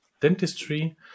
dentistry